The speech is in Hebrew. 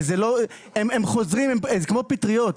הם חוזרים, זה כמו פטריות.